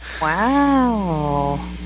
Wow